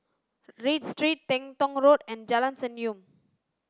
Read Street Teng Tong Road and Jalan Senyum